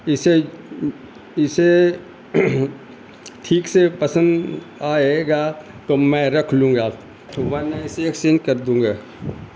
اسے اسے ٹھیک سے پسند آئے گا تو میں رکھ لوں گا تو میں اسے ایکچینج کر دوں گا